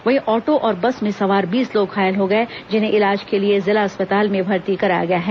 वहीं ऑटो और बस में सवार बीस लोग घायल हो गए जिन्हें इलाज के लिए जिला अस्पताल में भर्ती कराया गया है